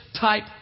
type